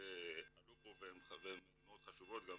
שעלו פה והן מאוד חשובות, גם